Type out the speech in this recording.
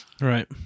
Right